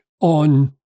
on